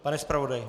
Pane zpravodaji...